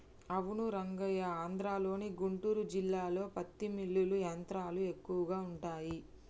అవును రంగయ్య ఆంధ్రలోని గుంటూరు జిల్లాలో పత్తి మిల్లులు యంత్రాలు ఎక్కువగా ఉంటాయి